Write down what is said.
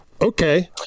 Okay